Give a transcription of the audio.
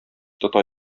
тота